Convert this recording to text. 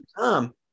Tom